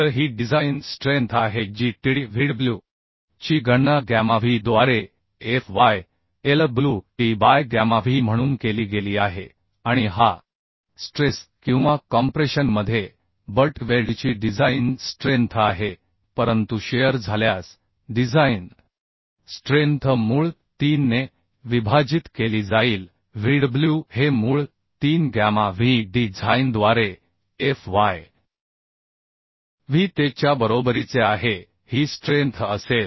तर ही design strength आहे जी Tdw डब्ल्यू ची गणना गॅमा w द्वारे fyLw te by gamma w म्हणून केली गेली आहे आणि हा स्ट्रेस किंवा कॉम्प्रेशन मध्ये बट वेल्डची डिझाइन स्ट्रेंथ आहे परंतु शिअर झाल्यास डिझाइन स्ट्रेंथ मूळ 3 ने विभाजित केली जाईल Vdw हे मूळ 3 गॅमा w डिझाइनद्वारे fy w te च्या बरोबरीचे ही स्ट्रेंथ असेल